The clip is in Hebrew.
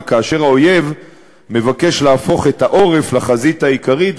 וכאשר האויב מבקש להפוך את העורף לחזית העיקרית,